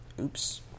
Oops